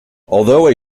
although